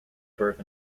birth